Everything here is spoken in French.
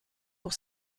pour